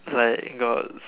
like got